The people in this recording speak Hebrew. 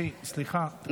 גברתי, סליחה.